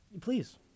Please